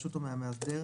אלינו.